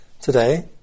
today